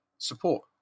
support